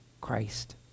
Christ